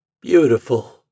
Beautiful